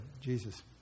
Jesus